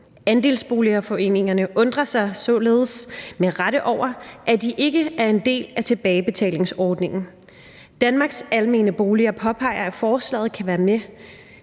Andelsboligforeningerne undrer sig således med rette over, at de ikke er en del af tilbagebetalingsordningen. Danmarks Almene Boliger påpeger, at forslaget kan være med